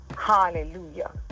Hallelujah